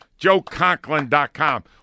JoeConklin.com